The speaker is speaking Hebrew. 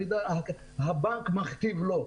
הבנק מכתיב לו.